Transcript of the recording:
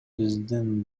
биздин